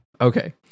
Okay